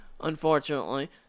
unfortunately